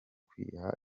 kwiha